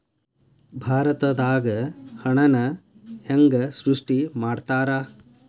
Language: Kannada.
ಭಾರತದಾಗ ಹಣನ ಹೆಂಗ ಸೃಷ್ಟಿ ಮಾಡ್ತಾರಾ